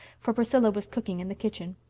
for priscilla was cooking in the kitchen.